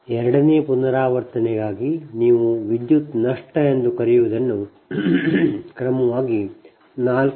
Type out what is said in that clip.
ಆದ್ದರಿಂದ ಎರಡನೇ ಪುನರಾವರ್ತನೆಗಾಗಿ ನೀವು ವಿದ್ಯುತ್ ನಷ್ಟ ಎಂದು ಕರೆಯುವುದನ್ನು ಕ್ರಮವಾಗಿ 4